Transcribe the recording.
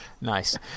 Nice